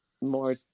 more